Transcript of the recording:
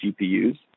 GPUs